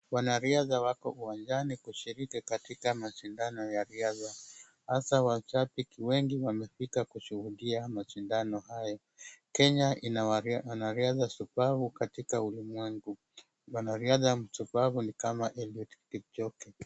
Wanariadha wako uwanjani kushiriki katika mashindano ya riadha. Hasa washabiki wengi wamefika kushuhudia mashindano haya. Kenya ina wanariadha shupavu katika ulimwengu. Mwanariadha mshupavu nin kama Eliud Kipchoge.